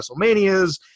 WrestleManias